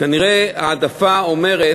כנראה ההעדפה אומרת: